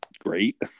great